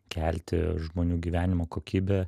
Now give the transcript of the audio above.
kelti žmonių gyvenimo kokybę